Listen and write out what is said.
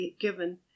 given